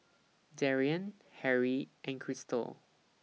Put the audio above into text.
Darrien Harrie and Cristal